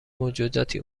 موجوداتی